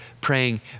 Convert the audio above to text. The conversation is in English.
praying